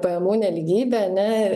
pajamų nelygybė ane